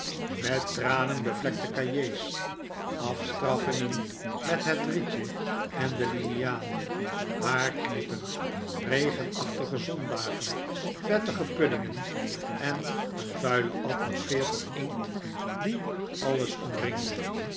met tranen bevlekte cahiers afstraffingen met het rietje en de liniaal haarknippen regenachtige zondagen vettige puddingen en een vuile atmosfeer van inkt die alles omringde